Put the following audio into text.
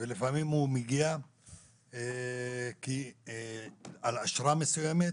ולפעמים הוא מגיע על אשרה מסוימת,